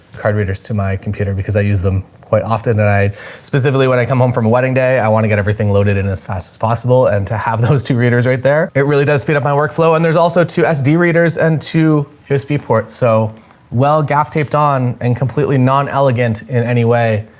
card readers to my computer because i use them quite often and i specifically when i come home from a wedding day, i want to get everything loaded in as fast as possible and to have those two readers right there, it really does speed up my workflow. and there's also two sd readers and two usb ports, so well gaff taped on and completely non elegant in any way.